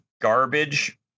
garbage